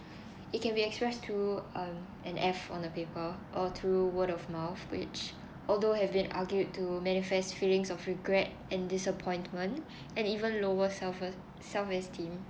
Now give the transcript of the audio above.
it can be expressed through um an F on a paper or through word of mouth which although have been argued to manifest feelings of regret and disappointment and even lower self~ self-esteem